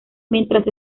mientras